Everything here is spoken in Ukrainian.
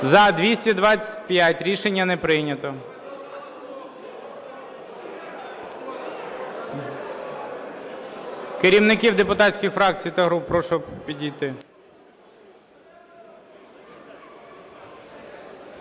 За-225 Рішення не прийнято. Керівників депутатських фракцій та груп, прошу підійти.